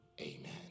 Amen